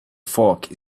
fork